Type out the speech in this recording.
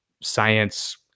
science